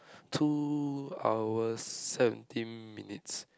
two hours seventeen minutes